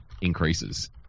increases